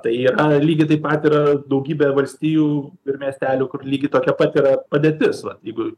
tai ir lygiai taip pat yra daugybė valstijų ir miestelių kur lygiai tokia pat yra padėtis va jeigu